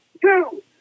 two